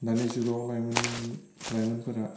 दानि जुगाव लाइमोन लाइमोनफोरा